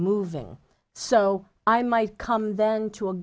moving so i might come then to a